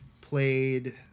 played